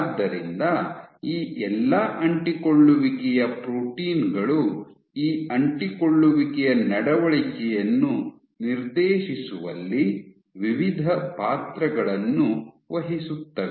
ಆದ್ದರಿಂದ ಈ ಎಲ್ಲಾ ಅಂಟಿಕೊಳ್ಳುವಿಕೆಯ ಪ್ರೋಟೀನ್ ಗಳು ಈ ಅಂಟಿಕೊಳ್ಳುವಿಕೆಯ ನಡವಳಿಕೆಯನ್ನು ನಿರ್ದೇಶಿಸುವಲ್ಲಿ ವಿವಿಧ ಪಾತ್ರಗಳನ್ನು ವಹಿಸುತ್ತವೆ